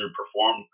perform